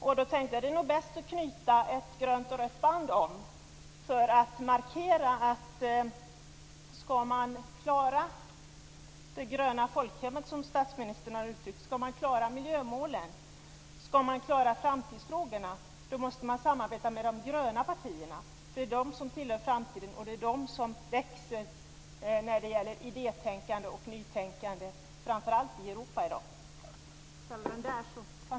Då tänkte jag att det nog var bäst att knyta ett grönt och rött band om för att markera att om man skall klara det gröna folkhemmet, som statsministern har uttryckt det, miljömålen och framtidsfrågorna måste man samarbeta med de gröna partierna. Det är de som tillhör framtiden, och det är framför allt de som växer när det gäller idétänkande och nytänkande i Europa i dag.